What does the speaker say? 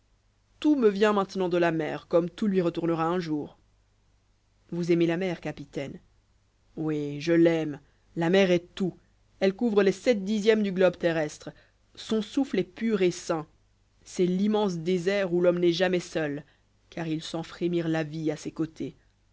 tout me vient maintenant de la mer comme tout lui retournera un jour vous aimez la mer capitaine oui je l'aime la mer est tout elle couvre les sept dixièmes du globe terrestre son souffle est pur et sain c'est l'immense désert où l'homme n'est jamais seul car il sent frémir la vie à ses côtés